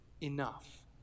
enough